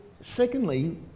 secondly